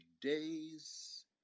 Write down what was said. days